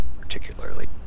particularly